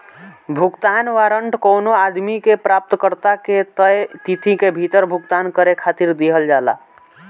भुगतान वारंट कवनो आदमी के प्राप्तकर्ता के तय तिथि के भीतर भुगतान करे खातिर दिहल जाला